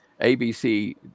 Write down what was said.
ABC